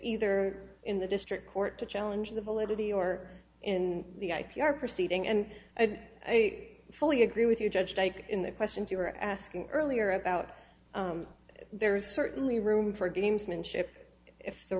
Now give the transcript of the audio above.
either in the district court to challenge the validity or in the i p r proceeding and a fully agree with your judge take in the questions you were asking earlier about there's certainly room for gamesmanship if the